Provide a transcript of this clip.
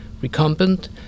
recumbent